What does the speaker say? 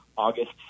August